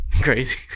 crazy